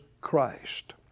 Christ